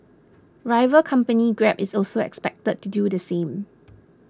rival company Grab is also expected to do the same